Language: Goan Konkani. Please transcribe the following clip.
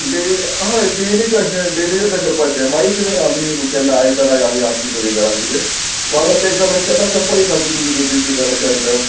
डे हय डेली अशें डेली जशें करपाचें मागीर कितें आमी केन्ना आयतार आमी आसली सगळें घरान कितें वांगडा तें दिसा मागीर केन्ना करपाची शाकुदी बिकुदी चिकनाचे आयटम